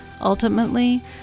Ultimately